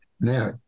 now